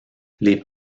les